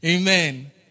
Amen